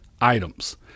items